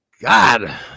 God